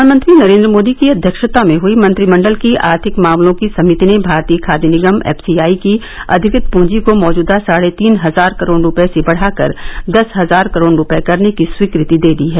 प्रधानमंत्री नरेन्द्र मोदी की अध्यक्षता में हुई मंत्रिमंडल की आर्थिक मामलों की समिति ने भारतीय खाद्य निगम एफसीआई की अधिकृत पूंजी को मौजूदा साढे तीन हजार करोड़ रूपये से बढ़ाकर दस हजार करोड़ रूपये करने की स्वीकृति दे दी है